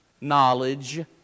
knowledge